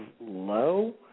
low